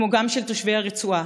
כמו גם של תושבי הרצועה,